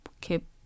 keep